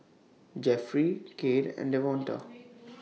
Jefferey Cade and Devonta